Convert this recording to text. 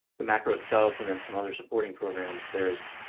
the macro itself, and then, some other supporting programs, there's